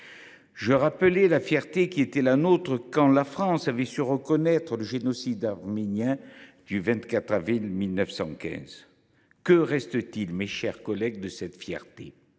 Je rappelais la fierté qui était la nôtre quand la France avait su reconnaître le génocide arménien du 24 avril 1915. Que reste t il, mes chers collègues, de cette fierté ?